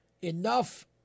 enough